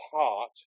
heart